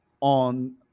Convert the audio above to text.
on